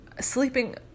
sleeping